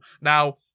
now